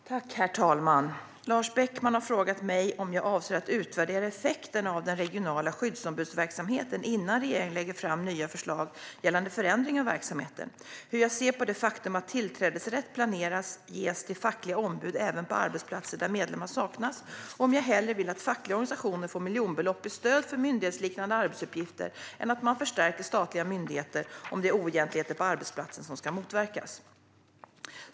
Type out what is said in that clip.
Svar på interpellationer Herr talman! Lars Beckman har frågat mig om jag avser att utvärdera effekterna av den regionala skyddsombudsverksamheten innan regeringen lägger fram nya förslag gällande förändring av verksamheten, hur jag ser på det faktum att tillträdesrätt planeras ges till fackliga ombud även på arbetsplatser där medlemmar saknas och om jag hellre vill att fackliga organisationer får miljonbelopp i stöd för myndighetsliknande arbetsuppgifter än att man förstärker statliga myndigheter om det är oegentligheter på arbetsplatser som ska motverkas.